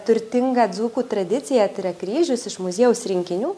turtingą dzūkų tradiciją tai yra kryžius iš muziejaus rinkinių